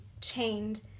chained